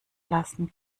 lassen